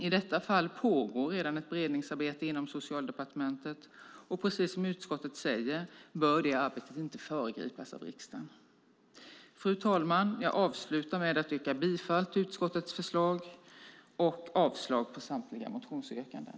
I detta fall pågår redan ett beredningsarbete inom Socialdepartementet, och precis som utskottet säger bör det arbetet inte föregripas av riksdagen. Fru talman! Jag avslutar med att yrka bifall till utskottets förslag och avslag på samtliga motionsyrkanden.